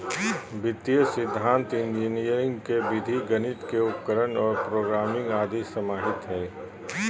वित्तीय सिद्धान्त इंजीनियरी के विधि गणित के उपकरण और प्रोग्रामिंग आदि समाहित हइ